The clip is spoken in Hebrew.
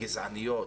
הגזעניות